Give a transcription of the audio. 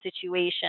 situation